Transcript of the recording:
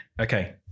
Okay